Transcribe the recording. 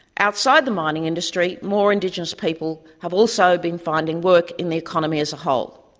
outside the mining industry, more indigenous people have also been finding work in the economy as a whole.